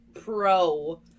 pro